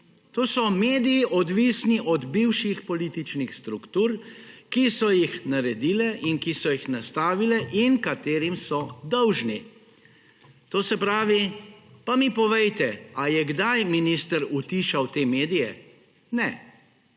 To so mediji, odvisni od bivših političnih struktur, ki so jih naredile in ki so jih nastavile in katerim so dolžni. Pa mi povejte, ali je kdaj minister utišal te medije. Ne.